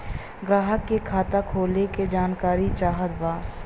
ग्राहक के खाता खोले के जानकारी चाहत बा?